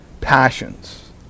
passions